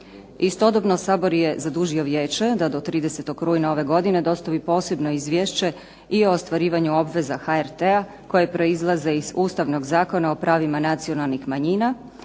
Istodobno Sabor je zadužio Vijeće da do 30. rujna ove godine dostavi posebno izvješće i o ostvarivanja obveza HRT-a koje proizlaze iz Ustavnog zakona o pravima nacionalnih manjina,